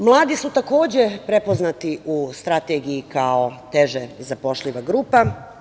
Mladi su takođe prepoznati u strategiji kao teže zapošljiva grupa.